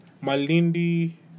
Malindi